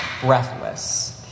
breathless